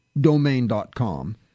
domain.com